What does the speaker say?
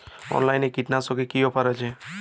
অনলাইনে কীটনাশকে কি অফার আছে?